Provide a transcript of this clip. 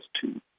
two